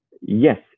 yes